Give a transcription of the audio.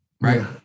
Right